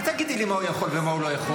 אל תגידי לי מה הוא יכול ומה הוא לא יכול.